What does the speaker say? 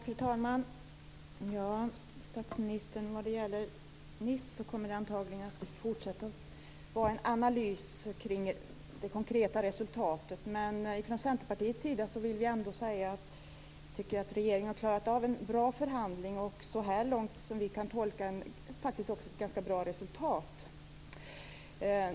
Fru talman! Det kommer antagligen fortsätta att vara en analys av det konkreta resultatet från Nice, statsministern. Vi från Centerpartiet tycker ändå att regeringen har klarat av en bra förhandling med ett som vi kan tolka så här långt ganska bra resultat.